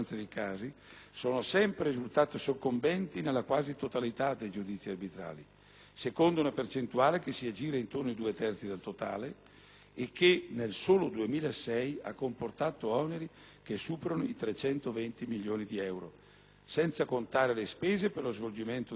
secondo una percentuale che si aggira intorno ai due terzi del totale e che, nel solo 2006, ha comportato oneri che superano i 320 milioni di euro, senza contare le spese per lo svolgimento del giudizio, quali i compensi agli arbitri e ai segretari e per il deposito dei lodi.